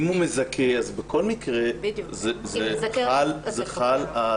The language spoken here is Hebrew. אם הוא מזכה, אז בכל מקרה חל הסעיף